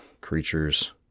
creatures